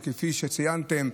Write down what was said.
כפי שציינתם,